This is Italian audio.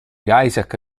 isaac